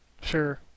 Sure